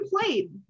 played